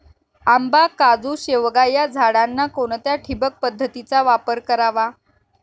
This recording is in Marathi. आंबा, काजू, शेवगा या झाडांना कोणत्या ठिबक पद्धतीचा वापर करावा?